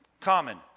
Common